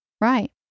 Right